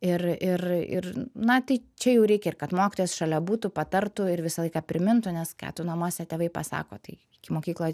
ir ir ir na tai čia jau reikia ir kad mokytojas šalia būtų patartų ir visą laiką primintų nes ką tau namuose tėvai pasako tai iki mokykloj